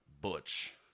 Butch